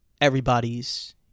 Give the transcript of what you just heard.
everybody's